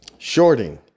shorting